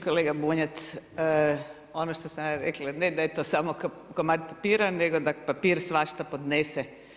Kolega Bunjac, ono što sam ja rekla ne da je to samo komad papira, nego da papir svašta podnese.